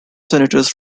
senators